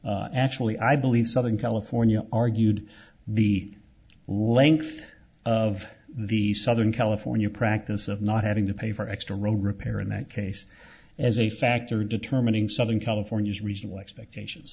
no actually i believe southern california argued the length of the southern california practice of not having to pay for extra road repair in that case as a factor determining southern california's reasonable expectations